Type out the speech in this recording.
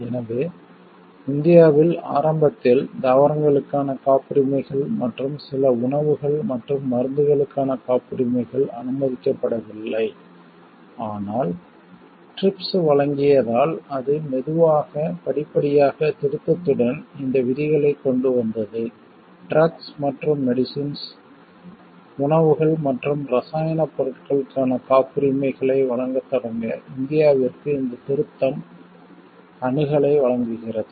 எனவே இந்தியாவில் ஆரம்பத்தில் தாவரங்களுக்கான காப்புரிமைகள் மற்றும் சில உணவுகள் மற்றும் மருந்துகளுக்கான காப்புரிமைகள் அனுமதிக்கப்படவில்லை ஆனால் டிரிப்ஸ் வழங்கியதால் அது மெதுவாக படிப்படியாக திருத்தத்துடன் இந்த விதிகளை கொண்டு வந்தது ட்ரக்ஸ் மற்றும் மெடிசின்ஸ் உணவுகள் மற்றும் இரசாயனப் பொருட்களுக்கான காப்புரிமைகளை வழங்கத் தொடங்க இந்தியாவிற்கு இந்த திருத்தம் அணுகலை வழங்குகிறது